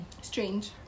Strange